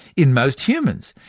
in most humans,